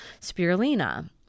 spirulina